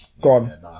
gone